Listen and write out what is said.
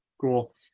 cool